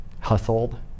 hustled